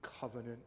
covenant